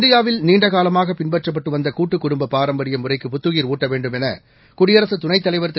இந்தியாவில் நீண்ட காலமாக பின்பற்றப்பட்டு வந்த கூட்டுக் குடும்ப பாரம்பரிய முறைக்கு புத்துயிர் ஊட்ட வேண்டும் என குடியரசு துணைத் தலைவர் திரு